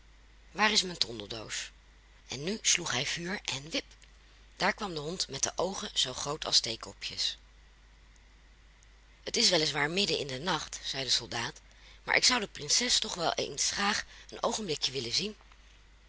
waar is mijn tondeldoos en nu sloeg hij vuur en wip daar kwam de hond met de oogen zoo groot als theekopjes het is wel is waar midden in den nacht zei de soldaat maar ik zou de prinses toch wel eens graag een oogenblikje willen zien